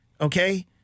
okay